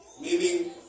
Meaning